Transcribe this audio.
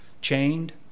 chained